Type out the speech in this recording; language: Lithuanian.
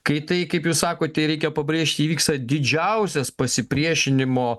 kai tai kaip jūs sakote reikia pabrėžti įvyksta didžiausias pasipriešinimo